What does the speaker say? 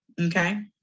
Okay